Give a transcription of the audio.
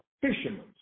fishermen